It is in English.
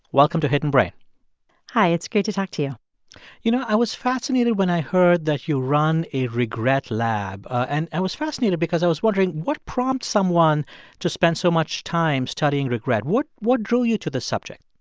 welcome to hidden brain hi, it's great to talk to you you know, i was fascinated when i heard that you run a regret lab. and i was fascinated because i was wondering what prompts someone to spend so much time studying regret. what what drew you to the subject?